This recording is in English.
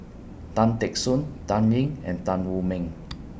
Tan Teck Soon Dan Ying and Tan Wu Meng